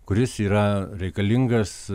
kuris yra reikalingas